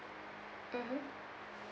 mmhmm